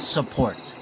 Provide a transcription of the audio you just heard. Support